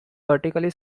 vertically